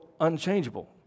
unchangeable